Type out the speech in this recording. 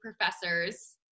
professors